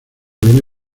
viene